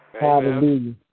Hallelujah